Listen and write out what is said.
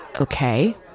Okay